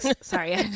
Sorry